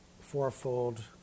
fourfold